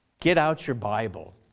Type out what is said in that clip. get out your bible,